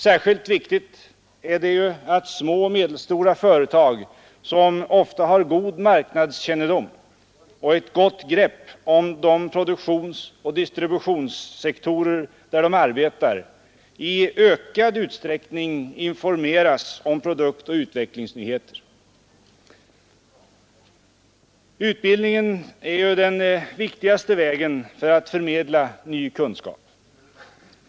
Särskilt viktigt är det att små och medelstora företag, som ofta har god marknadskännedom och ett gott grepp om de produktionsoch distributionssektorer där de arbetar, i ökad utsträckning informeras om produktoch utvecklingsnyheter. Utbildningen är den viktigaste vägen för att förmedla ny kunskap.